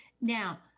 Now